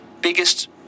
biggest